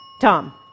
Tom